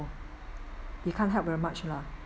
you can't help very much lah